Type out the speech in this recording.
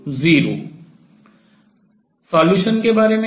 हल के बारे में क्या